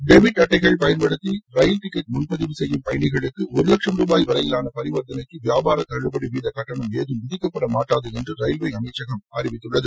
debit அட்டைகள் பயன்படுத்தி rail ticket முன்பதிவு செய்யும் பயணிகளுக்கு ஒரு லட்சம் ரூபாய் வரையிலான பரிவர்த்தனைக்கு வியாபார தள்ளுபடி வீத கட்டணம் ஏதும் விதிக்கப்படமாட்டாது என்று ரயில்வே அமைச்சகம் அறிவித்துள்ளது